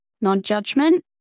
non-judgment